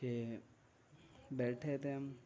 کہ بیٹھے تھے ہم